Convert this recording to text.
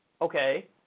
okay